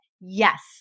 yes